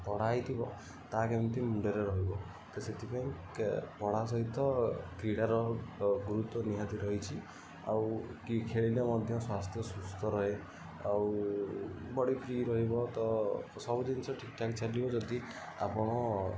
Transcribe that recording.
ପଢ଼ା ହେଇଥିବ ତା କେମିତି ମୁଣ୍ଡରେ ରହିବ ତ ସେଥିପାଇଁ ପଢ଼ା ସହିତ କ୍ରିଡ଼ାର ଗୁରୁତ୍ୱ ନିହାତି ରହିଛି ଆଉ କି ଖେଳିଲେ ମଧ୍ୟ ସ୍ୱାସ୍ଥ୍ୟ ସୁସ୍ଥ ରହେ ଆଉ ବଡ଼ି ଫ୍ରି ରହିବ ତ ସବୁ ଜିନିଷ ଠିକ୍ ଠାକ୍ ଚାଲିବ ଯଦି ଆପଣ